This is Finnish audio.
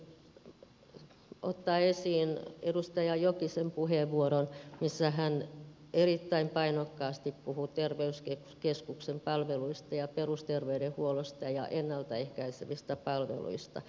haluaisin ottaa esiin edustaja jokisen puheenvuoron missä hän erittäin painokkaasti puhui terveyskeskusten palveluista ja perusterveydenhuollosta ja ennalta ehkäisevistä palveluista